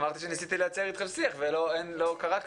אמרתי שניסיתי לייצר איתכם שיח ולא קרה כלום.